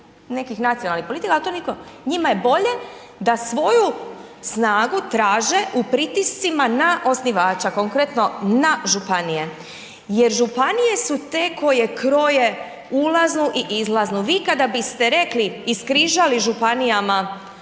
nekih nacionalnih politika. Njima je bolje da svoju snagu traže u pritiscima na osnivača, konkretno na županije jer županije su te koje kroje ulazno i izlazno. Vi kada biste rekli iskrižali županijama